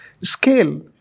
scale